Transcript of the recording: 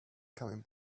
coming